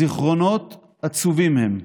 זיכרונות עצובים הם,